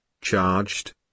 charged